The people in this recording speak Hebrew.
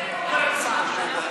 השלטון הישראלי הוא גורם זר.